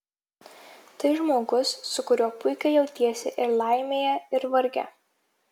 tai žmogus su kuriuo puikiai jautiesi ir laimėje ir varge